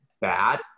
bad